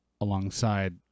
alongside